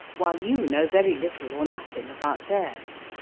while you know very little or nothing about theirs.